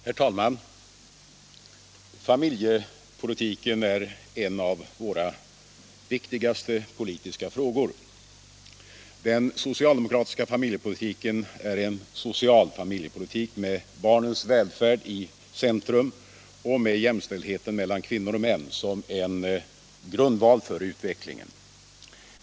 Herr talman! Familjepolitiken är en av våra viktigaste politiska frågor. Den socialdemokratiska familjepolitiken är en social familjepolitik med barnens välfärd i centrum och med jämställdheten mellan kvinnor och män som grundval för utvecklingen.